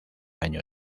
año